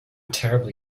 terribly